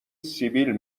سیبیل